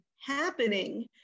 happening